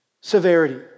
severity